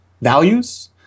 values